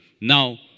Now